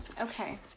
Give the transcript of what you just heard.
Okay